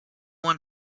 one